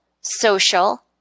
social